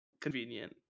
convenient